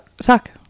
suck